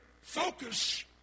focus